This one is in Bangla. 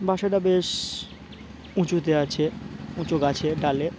বাসাটা বেশ উঁচুতে আছে উঁচু গাছে ডালে